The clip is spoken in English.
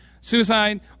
suicide